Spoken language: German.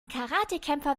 karatekämpfer